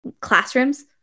classrooms